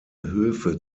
höfe